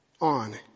on